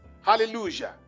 Hallelujah